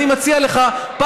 אני מציע לך,